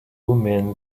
men